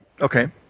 okay